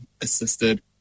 assisted